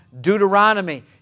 Deuteronomy